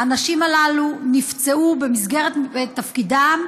האנשים הללו נפצעו במסגרת תפקידם,